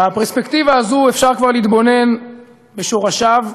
בפרספקטיבה הזאת, אפשר כבר להתבונן בשורשיו,